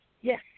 Yes